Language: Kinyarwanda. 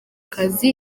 kazi